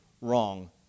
wrong